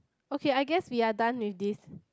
okay I guess we are done with this